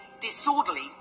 disorderly